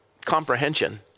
comprehension